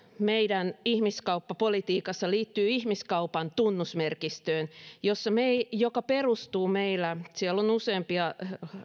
meidän ihmiskauppapolitiikassa liittyy ihmiskaupan tunnusmerkistöön joka perustuu meillä siellä on useampia